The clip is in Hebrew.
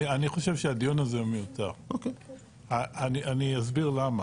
אני חושב שהדיון הזה מיותר אני אסביר למה.